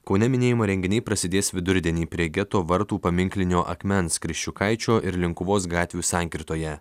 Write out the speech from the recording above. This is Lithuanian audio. kaune minėjimo renginiai prasidės vidurdienį prie geto vartų paminklinio akmens kriščiukaičio ir linkuvos gatvių sankirtoje